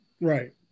Right